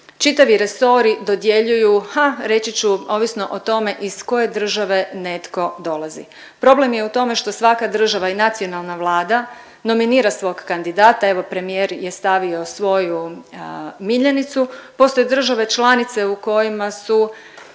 čitavi resori dodjeljuju ha reći ću ovisno o tome iz koje države netko dolazi. Problem je u tome što svaka država i nacionalna Vlada nominira svog kandidata, evo premijer je stavio svoju miljenicu, postoje države članice u kojima su